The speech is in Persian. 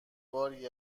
باری